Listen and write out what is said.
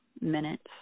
minutes